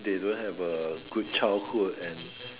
they don't have a good childhood and